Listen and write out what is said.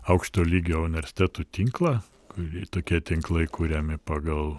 aukšto lygio universitetų tinklą kurį tokie tinklai kuriami pagal